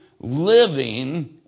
living